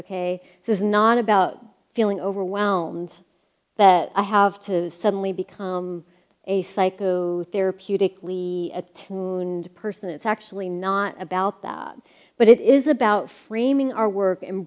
ok so it's not about feeling overwhelmed that i have to suddenly become a psycho therapeutically attuned person it's actually not about that but it is about framing our work